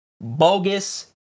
bogus